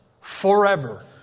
forever